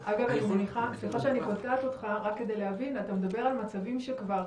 רק כדי להבין: אתה מדבר על מצבים שכבר